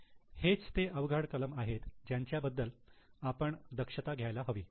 हेच ते अवघड कलम आहेत ज्यांच्याबद्दल आपण दक्षता घ्यायला हवी